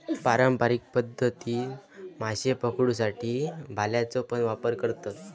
पारंपारिक पध्दतीन माशे पकडुसाठी भाल्याचो पण वापर करतत